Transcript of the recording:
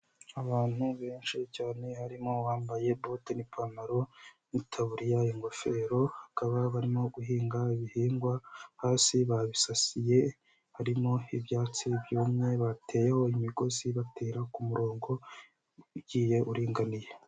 Abantu benshi cyane harimo bambaye bote, n'ipantaro, n'itaburiya, ingofero bakaba barimo guhinga ibihingwa hasi babisasiye harimo ibyatsi byumye bateyeho imigozi batera ku murongo ugiye uringaniye.